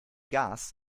gas